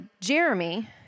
Jeremy